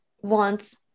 wants